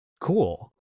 cool